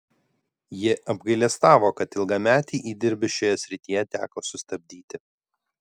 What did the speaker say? ji apgailestavo kad ilgametį įdirbį šioje srityje teko sustabdyti